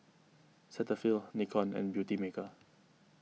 Cetaphil Nikon and Beautymaker